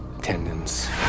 tendons